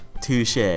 Touche